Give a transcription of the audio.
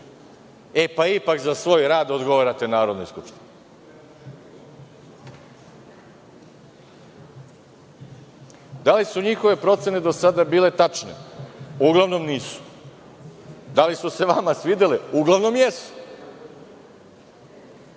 E, pa ipak za svoj rad odgovarate Narodnoj skupštini. Da li su njihove procene do sada bile tače? Uglavnom nisu. Da li su se vama svidele? Uglavnom jesu.